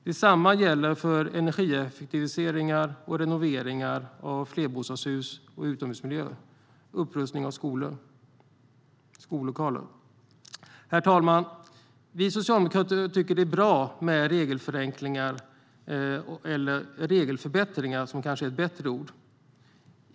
Detsamma gäller för energieffektiviseringar, renoveringar av flerbostadshus och utomhusmiljöer och upprustning av skollokaler. Vi socialdemokrater tycker att det är bra med regelförenklingar. Kanske är regelförbättringar ett bättre ord.